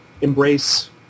embrace